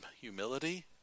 humility